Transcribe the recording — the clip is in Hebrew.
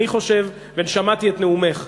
שמעתי את נאומך,